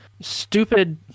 stupid